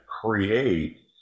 create